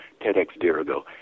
TEDxDirigo